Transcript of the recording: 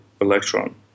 Electron